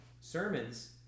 sermons